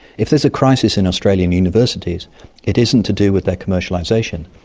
if there's a crisis in australian universities it isn't to do with their commercialization,